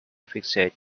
fixate